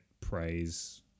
praise